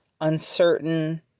uncertain